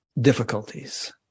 difficulties